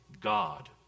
God